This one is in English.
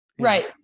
Right